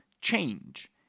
change